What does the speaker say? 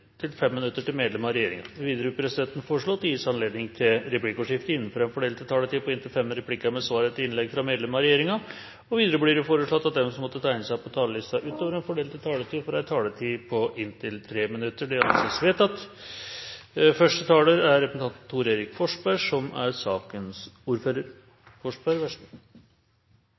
minutter til medlem av regjeringen. Videre vil presidenten foreslå at det gis anledning til replikkordskifte på inntil tre replikker med svar etter innlegg fra medlem av regjeringen innenfor den fordelte taletid. Videre blir det foreslått at de som måtte tegne seg på talerlisten utover den fordelte taletid, får en taletid på inntil 3 minutter. – Det anses vedtatt.